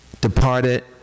Departed